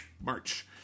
March